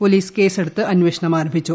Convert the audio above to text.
police കേസെടുത്ത് അന്വേഷണം ആരംഭിച്ചു